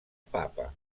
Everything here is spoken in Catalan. papa